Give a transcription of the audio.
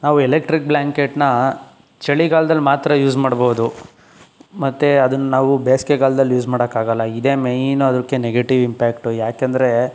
ನಾವು ಎಲೆಕ್ಟ್ರಿಕ್ಟ್ ಬ್ಲಾಂಕೆಟ್ನ ಚಳಿಗಾಲದಲ್ಲಿ ಮಾತ್ರ ಯೂಸ್ ಮಾಡ್ಬೋದು ಮತ್ತೆ ಅದನ್ನು ನಾವು ಬೇಸಿಗೆಗಾಲದಲ್ಲಿ ಯೂಸ್ ಮಾಡೋಕ್ಕೆ ಆಗಲ್ಲ ಇದೆ ಮೈನ್ ಅದಕ್ಕೆ ನೆಗೆಟಿವ್ ಇಂಪ್ಯಾಕ್ಟು ಯಾಕೆಂದ್ರೆ